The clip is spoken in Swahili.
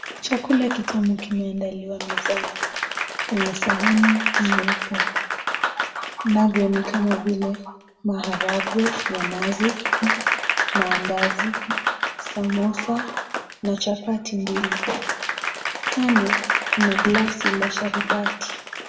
Chakula kitamu kimeandikwa mezani kwenye sahani nyeupe. Navyo ni kama vile: maharagwe ya nazi, maandazi, samosa, na chapati mbili. Kando kuna glasi la sharubati.